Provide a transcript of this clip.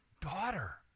Daughter